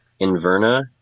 inverna